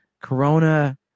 corona